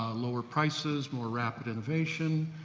lower prices, more rapid innovation,